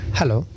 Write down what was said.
hello